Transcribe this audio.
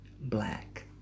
Black